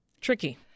tricky